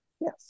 Yes